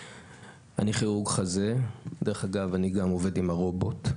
אני כירורג חזה, דרך אגב, אני גם עובד עם הרובוט.